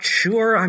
sure